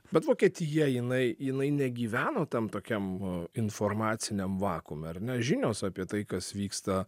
bet vokietija jinai jinai negyveno tam tokiam informaciniam vakuume ar ne žinios apie tai kas vyksta